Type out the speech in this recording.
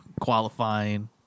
qualifying